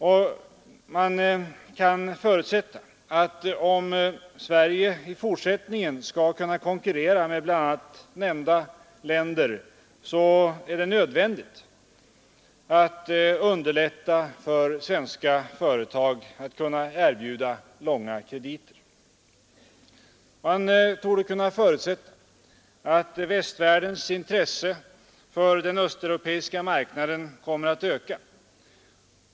Och man kan förutsätta att om Sverige i fortsättningen skall kunna konkurrera med bl.a. de nämnda länderna, så är det nödvändigt att underlätta för svenska företag att erbjuda långa krediter. Man torde kunna utgå från att västvärldens intresse för den östeuropeiska marknaden kommer att öka.